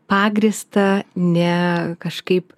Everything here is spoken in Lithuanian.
pagrįstą ne kažkaip